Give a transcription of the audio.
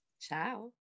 ciao